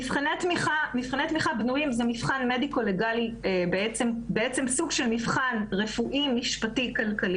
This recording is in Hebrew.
מבחן התמוכה הוא סוג של מבחן רפואי-משפטי-כלכלי,